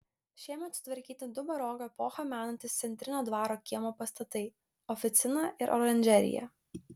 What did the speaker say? šiemet sutvarkyti du baroko epochą menantys centrinio dvaro kiemo pastatai oficina ir oranžerija